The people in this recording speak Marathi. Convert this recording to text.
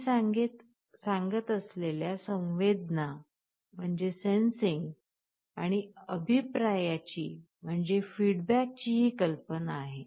मी सांगत असलेल्या संवेदना आणि अभिप्रायांची ही कल्पना आहे